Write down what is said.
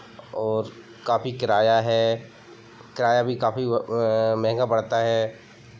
और काफी किराया है किराया भी काफी महँगा पड़ता है